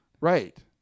Right